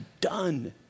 done